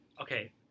okay